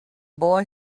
boy